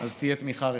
אז תהיה תמיכה רחבה.